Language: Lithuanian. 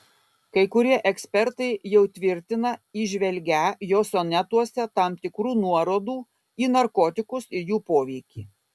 kai kurie ekspertai jau tvirtina įžvelgią jo sonetuose tam tikrų nuorodų į narkotikus ir jų poveikį